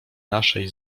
naszej